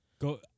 Go